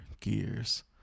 gears